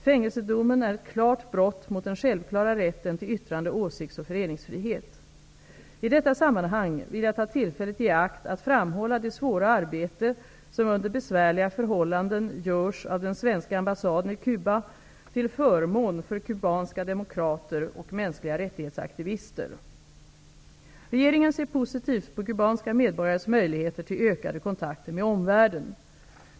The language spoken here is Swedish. Fängelsedomen är ett klart brott mot den självklara rätten till yttrande , åsikts och föreningsfrihet. I detta sammanhang vill jag ta tillfället i akt att framhålla det svåra arbete som under besvärliga förhållanden görs av den svenska ambassaden i Regeringen ser positivt på kubanska medborgares möjligheter till ökade kontakter med omvärlden.